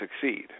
succeed